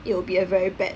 it will be a very bad